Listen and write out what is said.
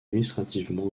administrativement